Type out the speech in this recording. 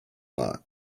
lot